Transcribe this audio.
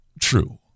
true